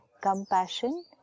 Compassion